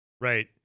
right